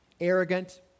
arrogant